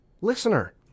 listener